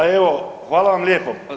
A evo hvala vam lijepo.